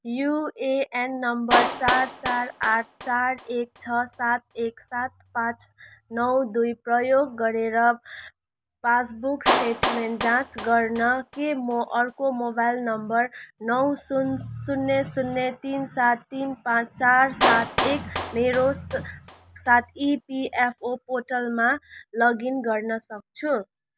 UAN number चार चार आठ चार एक छ सात एक सात पाँच नौ दुई प्रयोग गरेर पासबुक स्टेटमेन्ट जाँच गर्न के म अर्को मोबाइल नम्बर नौ शून्य शून्य शून्य तिन सात तिन पाँच चार सात एक मेरो साथ इपिएफओ पोर्टलमा लगइन गर्न सक्छु